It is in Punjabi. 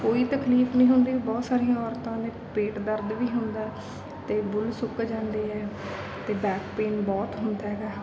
ਕੋਈ ਤਕਲੀਫ ਨਹੀਂ ਹੁੰਦੀ ਬਹੁਤ ਸਾਰੀਆਂ ਔਰਤਾਂ ਦਾ ਪੇਟ ਦਰਦ ਵੀ ਹੁੰਦਾ ਅਤੇ ਬੁੱਲ ਸੁੱਕ ਜਾਂਦੇ ਹੈ ਅਤੇ ਬੈਕ ਪੇਨ ਬਹੁਤ ਹੁੰਦਾ ਹੈਗਾ